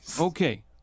Okay